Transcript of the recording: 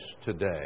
today